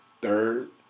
Third